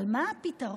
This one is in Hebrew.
אבל מה הפתרון?